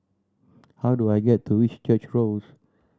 how do I get to Whitchurch Road